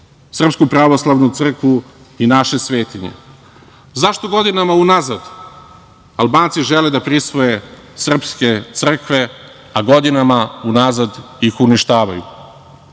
srpsko, SPC i naše svetinje. Zašto godinama unazad Albanci žele da prisvoje srpske crkve, a godinama unazad ih uništavaju?